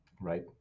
right